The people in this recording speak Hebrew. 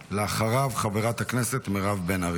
אחריו, חברת הכנסת מירב בן ארי.